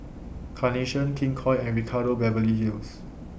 Carnation King Koil and Ricardo Beverly Hills